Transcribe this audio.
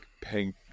pink